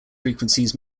frequencies